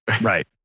Right